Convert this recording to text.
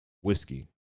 whiskey